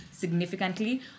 significantly